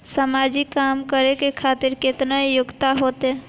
समाजिक काम करें खातिर केतना योग्यता होते?